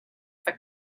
for